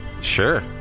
Sure